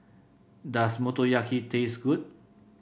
does Motoyaki taste good